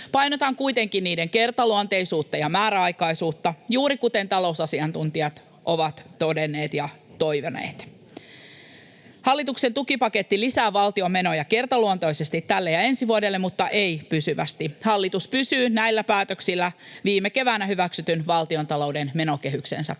Painotan kuitenkin niiden kertaluonteisuutta ja määräaikaisuutta, juuri kuten talousasiantuntijat ovat todenneet ja toivoneet. Hallituksen tukipaketti lisää valtion menoja kertaluonteisesti tälle ja ensi vuodelle mutta ei pysyvästi. Hallitus pysyy näillä päätöksillä viime keväänä hyväksytyn valtiontalouden menokehyksensä puitteissa.